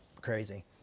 crazy